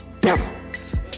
devils